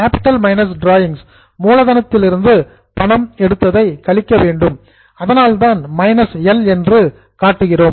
capital minus drawings மூலதனத்திலிருந்து பணம் எடுத்ததை கழிக்க வேண்டும் அதனால்தான் மைனஸ் எல் என்று காட்டுகிறோம்